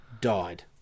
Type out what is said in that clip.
died